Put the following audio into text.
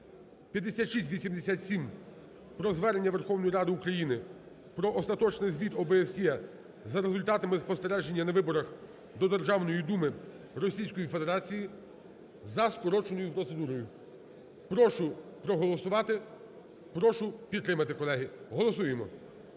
5687 про Звернення Верховної Ради України "Про Остаточний Звіт ОБСЄ за результатами спостереження на виборах до Державної Думи Російської Федерації" за скороченою процедурою. Прошу проголосувати, прошу підтримати, колеги, голосуємо.